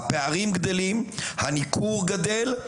הפערים גדלים, הניכור גדל,